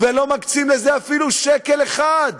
ולא מקצים לזה אפילו שקל אחד.